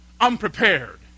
unprepared